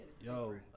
Yo